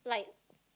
like